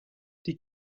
die